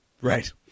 Right